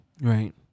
Right